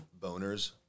boners